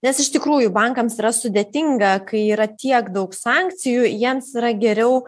nes iš tikrųjų bankams yra sudėtinga kai yra tiek daug sankcijų jiems yra geriau